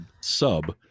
sub